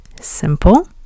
simple